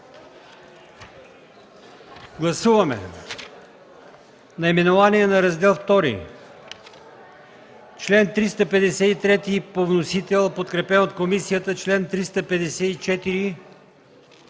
Гласуваме наименованието на Раздел ІІ, чл. 353 – по вносител, подкрепен от комисията; чл. 354